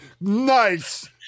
nice